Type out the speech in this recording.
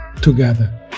together